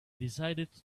decided